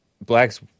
blacks